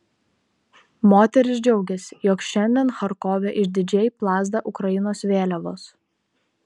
moteris džiaugiasi jog šiandien charkove išdidžiai plazda ukrainos vėliavos